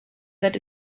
that